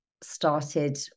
started